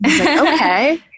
Okay